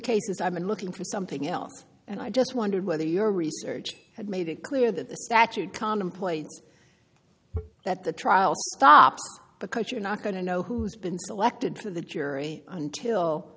cases i've been looking for something else and i just wondered whether your research had made it clear that the statute contemplates that the trial stops because you're not going to know who's been selected for the jury until